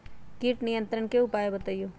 किट नियंत्रण के उपाय बतइयो?